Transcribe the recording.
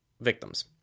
victims